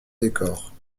décors